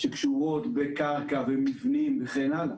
שקשורות בקרקע ומבנים וכן הלאה,